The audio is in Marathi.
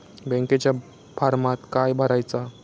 बँकेच्या फारमात काय भरायचा?